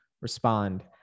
respond